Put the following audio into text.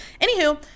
anywho